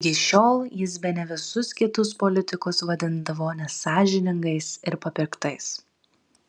lig šiol jis bene visus kitus politikus vadindavo nesąžiningais ir papirktais